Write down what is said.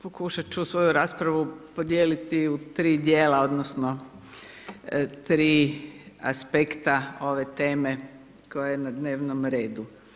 Pokušati ću svoju raspravu podijeliti u 3 dijela, odnosno, 3 aspekta ove teme koja je na dnevnom redu.